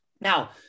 Now